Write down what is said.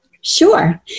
sure